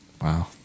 Wow